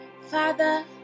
Father